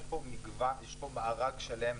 יש פה מארג שלם,